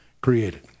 created